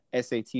SAT